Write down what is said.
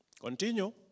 Continue